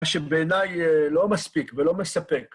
מה שבעיניי לא מספיק ולא מספק.